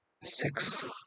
six